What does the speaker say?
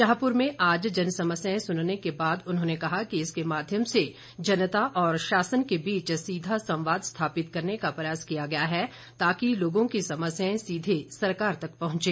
शाहपुर में आज जनसमस्याएं सुनने के बाद उन्होंने कहा कि इसके माध्यम से जनता और शासन के बीच सीधा संवाद स्थापित करने का प्रयास किया गया है ताकि लोगों की समस्याएं सीधे सरकार तक पहुंचे